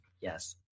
Yes